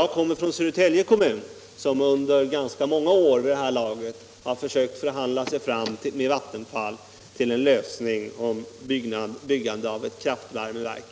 Jag kommer från Södertälje kommun, som vid det här laget under ganska många år har försökt att med Vattenfall förhandla sig fram till en lösning om byggande av kraftvärmeverk.